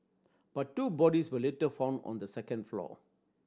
but two bodies were later found on the second floor